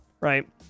Right